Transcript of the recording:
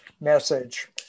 message